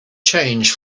change